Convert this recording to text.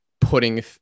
putting